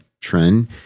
trend